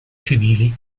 civili